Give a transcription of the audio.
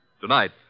Tonight